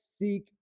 seek